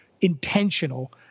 intentional